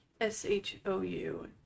s-h-o-u